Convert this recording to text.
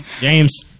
James